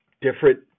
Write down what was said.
different